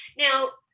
now,